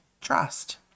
trust